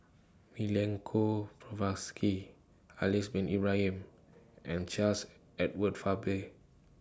Milenko Prvacki Haslir Bin Ibrahim and Charles Edward Faber